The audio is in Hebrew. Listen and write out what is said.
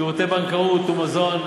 שירותי בנקאות ומזון.